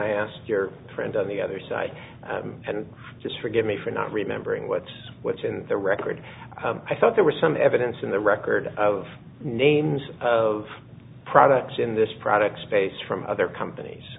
i asked your friend on the other side and forgive me for not remembering what's what's in the record i thought there was some evidence in the record of names of products in this product space from other companies